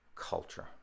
culture